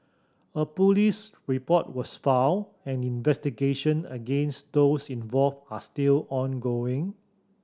a police report was filed and investigation against those involved are still ongoing